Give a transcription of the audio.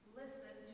listen